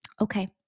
okay